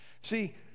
See